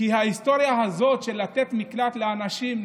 כי ההיסטוריה הזאת של לתת מקלט לאנשים,